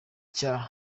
cya